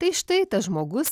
tai štai tas žmogus